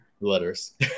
letters